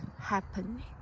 happening